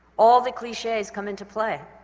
all the cliches come into play,